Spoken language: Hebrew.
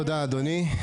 תודה, אדוני.